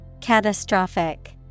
Catastrophic